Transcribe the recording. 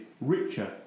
richer